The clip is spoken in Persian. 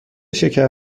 شکر